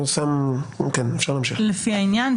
לפי העניין,